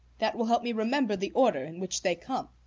that will help me remember the order in which they come.